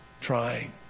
trying